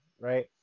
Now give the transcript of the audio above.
right